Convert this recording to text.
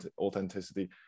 authenticity